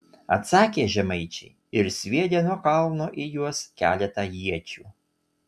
atsakė žemaičiai ir sviedė nuo kalno į juos keletą iečių